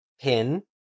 pin